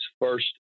first